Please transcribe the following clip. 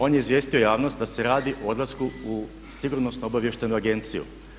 On je izvijestio javnost da se radi o odlasku u Sigurnosno obavještajnu agenciju.